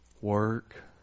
work